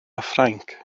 ffrainc